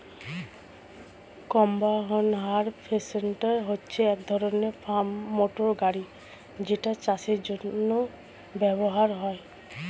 combine harvester হচ্ছে এক ধরণের ফার্ম মোটর গাড়ি যেটা চাষের জন্য ব্যবহার হয়